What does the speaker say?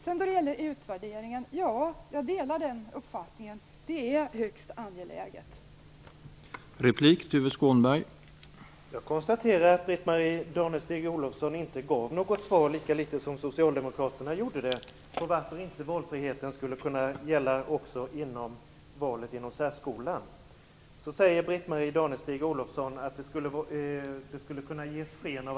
När det gäller utvärderingen delar jag uppfattningen att det är högst angeläget med en sådan.